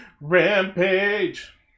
rampage